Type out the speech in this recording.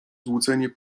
złudzenie